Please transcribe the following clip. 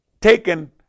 taken